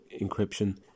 encryption